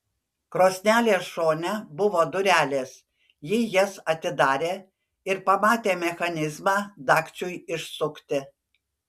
krosnelės šone buvo durelės ji jas atidarė ir pamatė mechanizmą dagčiui išsukti